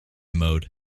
mode